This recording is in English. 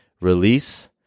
Release